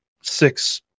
six